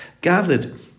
gathered